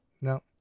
no